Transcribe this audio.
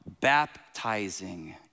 baptizing